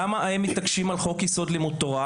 למה הם מתעקשים על חוק יסוד: לימוד תורה?